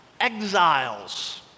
exiles